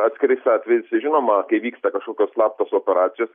atskirais atvejais žinoma kai vyksta kažkokios slaptos operacijos